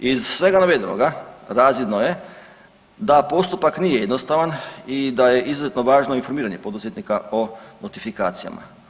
Iz svega navedenoga razvidno je da postupak nije jednostavan i da je izuzetno važno informiranje poduzetnika o notifikacijama.